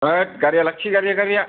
होट गारिया लाखि गारिया गारिया